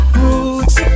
roots